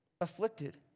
Afflicted